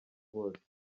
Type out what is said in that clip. hose